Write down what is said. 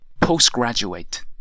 postgraduate